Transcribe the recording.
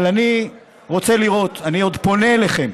אבל אני רוצה לראות, אני עוד פונה אליכם,